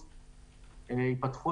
באוגוסט השמיים ייפתחו,